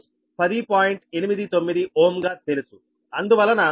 89 Ω గా తెలుసు అందువలన 4